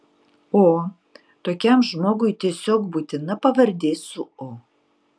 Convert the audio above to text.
o tokiam žmogui tiesiog būtina pavardė su o